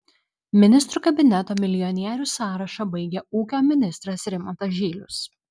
ministrų kabineto milijonierių sąrašą baigia ūkio ministras rimantas žylius